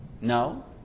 No